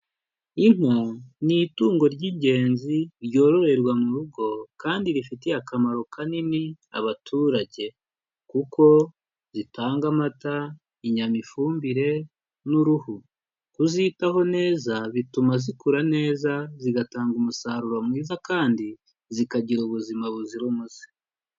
Inka ni itungo ry'ingenzi ryoroherwa mu rugo kandi rifitiye akamaro kanini abaturage kuko zitanga amata, inyama, ifumbire n'uruhu, kuzitaho neza bituma zikura neza zigatanga umusaruro mwiza kandi zikagira ubuzima buzira umuze.